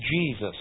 Jesus